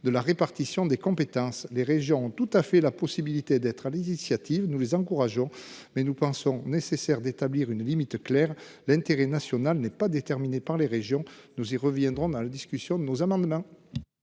de la répartition des compétences, les régions, tout à fait la possibilité d'être à l'initiative, nous les encourageons mais nous pensons nécessaire d'établir une limite claire l'intérêt national n'est pas déterminé par les régions. Nous y reviendrons dans la discussion de nos amendements.